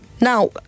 Now